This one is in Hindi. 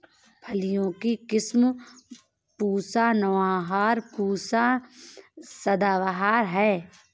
फलियों की किस्म पूसा नौबहार, पूसा सदाबहार है